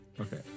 Okay